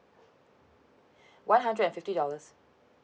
one hundred and fifty dollars